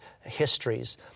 histories